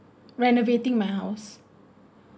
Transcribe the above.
renovating my house